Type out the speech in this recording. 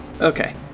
Okay